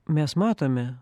mes matome